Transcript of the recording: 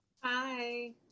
Hi